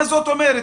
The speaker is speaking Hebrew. מה זאת אומרת?